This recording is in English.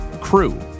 Crew